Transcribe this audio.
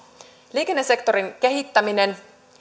liikennesektorin kehittäminen